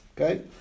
okay